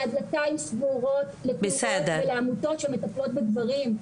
והדלתיים סגורות לעמותות שמטפלות בגברים.